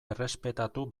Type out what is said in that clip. errespetatu